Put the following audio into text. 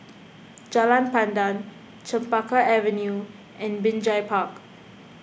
Jalan Pandan Chempaka Avenue and Binjai Park